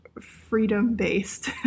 freedom-based